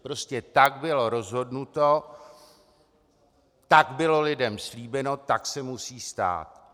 Prostě tak bylo rozhodnuto, tak bylo lidem slíbeno, tak se musí stát.